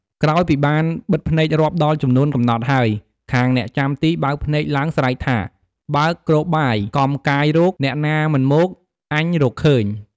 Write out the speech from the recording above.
ក្រោយពីបានបិទភ្នែករាប់ដល់ចំនួនកំណត់ហើយ ខាងអ្នកចាំទីបើកភ្នែកឡើងស្រែកថា "បើកគ្របបាយ កំកាយរក អ្នកណាមិនមក អញរកឃើញ"។